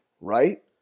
right